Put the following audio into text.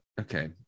okay